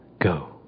go